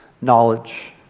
knowledge